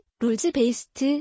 rules-based